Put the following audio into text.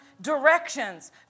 directions